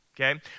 okay